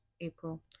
April